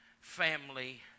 family